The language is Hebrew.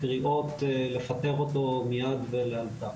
קריאות לפטר אותו מייד ולאלתר.